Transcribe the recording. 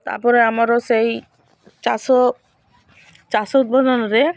ତା'ପରେ ଆମର ସେଇ ଚାଷ ଚାଷ ଉତ୍ପାଦନରେ